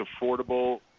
affordable